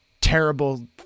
terrible